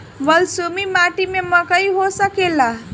बलसूमी माटी में मकई हो सकेला?